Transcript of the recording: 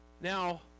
Now